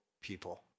people